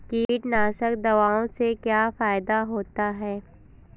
कीटनाशक दवाओं से क्या फायदा होता है?